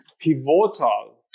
pivotal